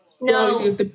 No